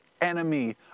enemy